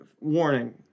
warning